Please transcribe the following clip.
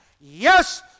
Yes